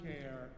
care